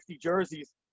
jerseys